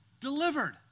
delivered